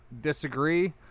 disagree